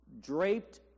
draped